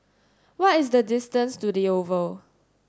what is the distance to The Oval